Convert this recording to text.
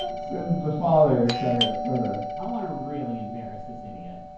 says the father, et cetera, et cetera. i wanna really embarrass this idiot.